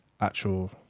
actual